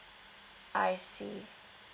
I see